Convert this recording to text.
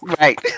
Right